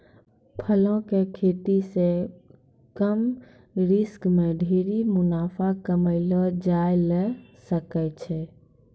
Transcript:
फलों के खेती सॅ कम रिस्क मॅ ढेर मुनाफा कमैलो जाय ल सकै छै